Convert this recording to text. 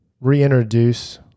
reintroduce